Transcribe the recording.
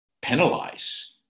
penalize